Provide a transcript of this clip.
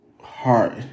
heart